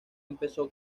empezó